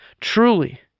truly